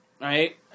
right